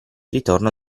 ritorno